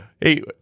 Hey